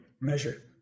measure